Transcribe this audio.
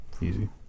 Easy